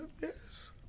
Yes